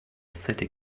city